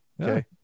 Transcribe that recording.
okay